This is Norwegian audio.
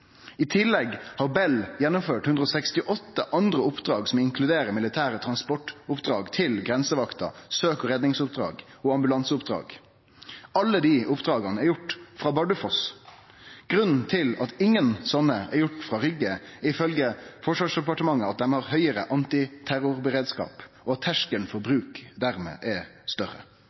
I tillegg har Bell gjennomført 168 andre oppdrag som inkluderer militære transportoppdrag til grensevakta, søk-, rednings- og ambulanseoppdrag. Alle dei oppdraga er gjorde frå Bardufoss. Grunnen til at ingen sånne er gjorde frå Rygge, er ifølge Forsvarsdepartementet at dei har høgare antiterrorberedskap, og at terskelen for bruk dermed er større.